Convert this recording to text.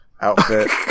Outfit